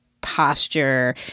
posture